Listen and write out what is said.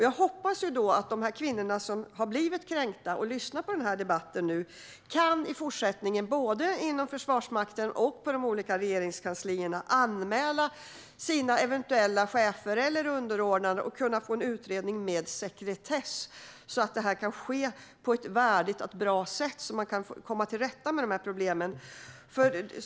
Jag hoppas att de kvinnor - inom både Försvarsmakten och Regeringskansliet - som har blivit kränkta och som lyssnar till denna debatt i fortsättning kan anmäla sina eventuella chefer eller underordnade för att få en utredning med sekretess till stånd. Det här måste ske på ett värdigt och bra sätt för att man ska komma till rätta med problemen.